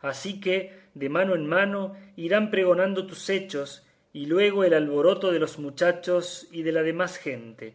así que de mano en mano irán pregonando tus hechos y luego al alboroto de los muchachos y de la demás gente